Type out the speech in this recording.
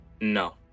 No